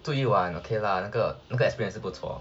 住一晚 okay lah 那个那个 experience 是不错